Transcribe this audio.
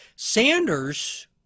Sanders